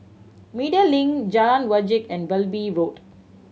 Media Link Jalan Wajek and Wilby Road